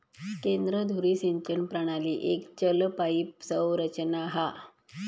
केंद्र धुरी सिंचन प्रणाली एक चल पाईप संरचना हा